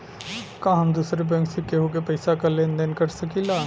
का हम दूसरे बैंक से केहू के पैसा क लेन देन कर सकिला?